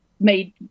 made